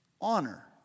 Honor